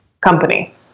company